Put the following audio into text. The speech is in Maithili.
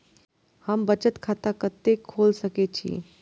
हम बचत खाता कते खोल सके छी?